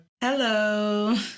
Hello